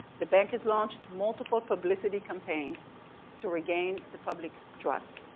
the bankers launched multiple publicity campaigns to regain the public trust.